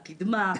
הקדמה,